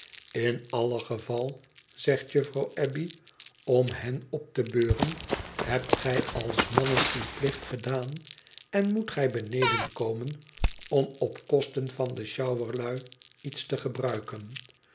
in alle geval zegt jufvrouw abbey om hen op te beuren hebt gij als mannen uw plicht gedaan en moet gij beneden komen om op kosten van de sjouwerltii iets te gebruiken